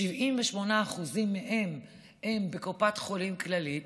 78% מהם הם בקופת חולים כללית,